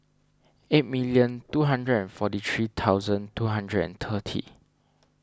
eight million two hundred and forty three thousand two hundred and thirty